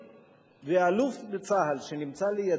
ואלוף בצה"ל שנמצא לידי,